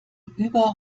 über